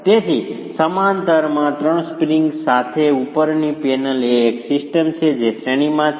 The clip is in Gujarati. તેથી સમાંતરમાં 3 સ્પ્રિંગ્સ સાથે ઉપરની પેનલ એ એક સિસ્ટમ છે જે શ્રેણીમાં છે